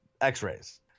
x-rays